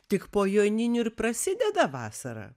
tik po joninių ir prasideda vasara